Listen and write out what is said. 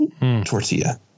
tortilla